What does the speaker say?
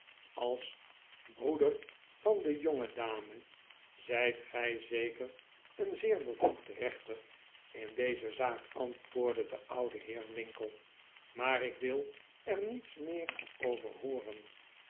als broeder van de jongedame zijt gij zeker een zeer bevoegd rechter in deze zaak antwoordde de oude heer winkle maar ik wil er niets meer over hooren